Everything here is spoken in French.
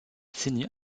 signe